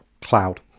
cloud